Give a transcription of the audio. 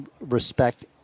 respect